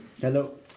Hello